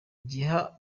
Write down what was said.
giha